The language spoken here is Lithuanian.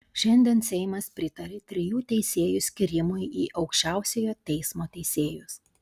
šiandien seimas pritarė trijų teisėjų skyrimui į aukščiausiojo teismo teisėjus